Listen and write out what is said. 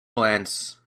glance